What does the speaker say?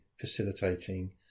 facilitating